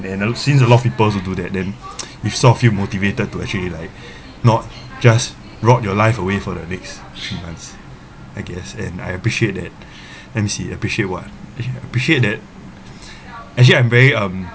I don't know since a lot of people also do that then we sort of feel motivated to actually like not just rot your life away for the next three months I guess and I appreciate that let me see appreciate what appre~ appreciate that actually I'm very um